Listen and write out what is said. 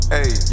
Hey